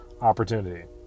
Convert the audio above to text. opportunity